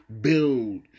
build